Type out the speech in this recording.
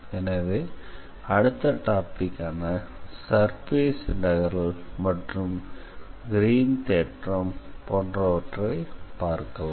எனவெ அடுத்த டாபிக்கான surface integral மற்றும் க்ரீன் தேற்றம் போன்றவற்றை பார்க்கலாம்